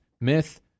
Myth